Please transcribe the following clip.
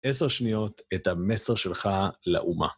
עשר שניות את המסר שלך לאומה.